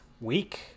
week